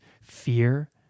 fear